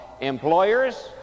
employers